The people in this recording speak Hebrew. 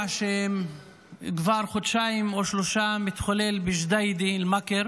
שכבר חודשיים או שלושה מתחולל בג'דיידה-מכר.